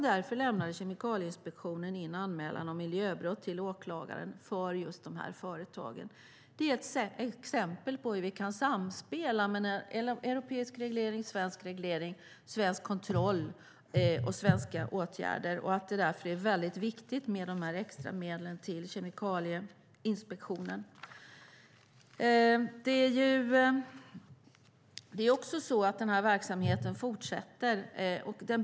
Det är ett exempel på hur vi kan samspela mellan europeisk reglering, svensk reglering, svensk kontroll och svenska åtgärder. Extramedlen till Kemikalieinspektionen är därför väldigt viktiga. Det är också så att verksamheten fortsätter.